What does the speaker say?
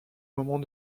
moment